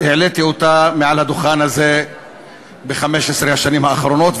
העליתי אותה מעל הדוכן הזה ב-15 השנים האחרונות,